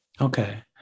Okay